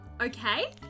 okay